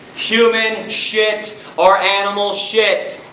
human shit or animal shit!